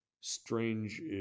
strange